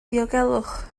diogelwch